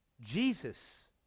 Jesus